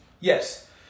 Yes